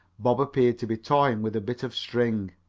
bob appeared to be toying with a bit of string.